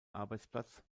arbeitsplatz